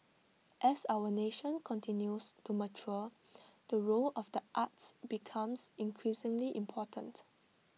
as our nation continues to mature the role of the arts becomes increasingly important